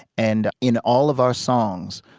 and in all of our songs,